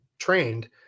trained